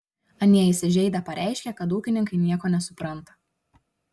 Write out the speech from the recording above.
anie įsižeidę pareiškė kad ūkininkai nieko nesupranta